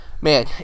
Man